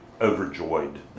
overjoyed